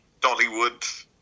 Dollywood